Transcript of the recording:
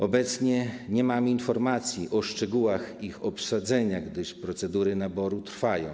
Obecnie nie mam informacji o szczegółach ich obsadzenia, gdyż procedury naboru trwają.